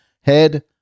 Head